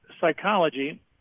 psychology